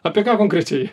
apie ką konkrečiai